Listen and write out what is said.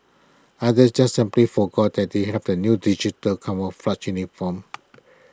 others just simply forgot that they have the new digital camouflage uniforms